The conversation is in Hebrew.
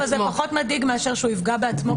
פחות מדאיג מאשר שהוא יפגע בעצמו,